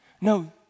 No